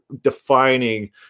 defining